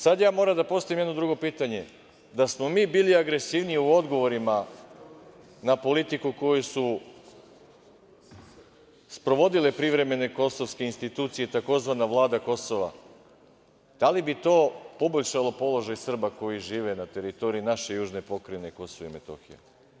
Sad ja moram da postavim jedno drugo pitanje – da smo mi bili agresivniji u odgovorima na politiku koji su sprovodile privremene Kosovske institucije, tzv. Vlada Kosova, da li bi to poboljšalo položaj Srba koji žive na teritoriji naše južne pokrajine Kosovo i Metohija?